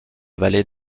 vallée